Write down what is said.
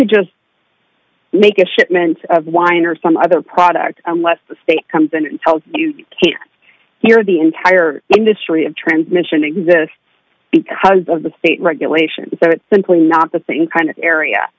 could just make a shipment of wine or some other product unless the state comes in and tells you you can hear the entire industry of transmission exist because of the state regulations so it's simply not the thing kind of